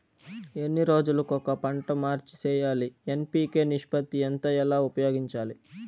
ఎన్ని రోజులు కొక పంట మార్చి సేయాలి ఎన్.పి.కె నిష్పత్తి ఎంత ఎలా ఉపయోగించాలి?